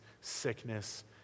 sickness